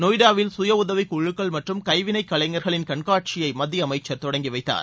நொய்டாவில் சுய உதவிக்குழுக்கள் மற்றும் கைவினைகலைஞர்களின் கண்காட்சியைமத்தியஅமைச்சர் தொடங்கிவைத்தார்